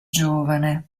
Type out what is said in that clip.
giovane